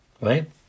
right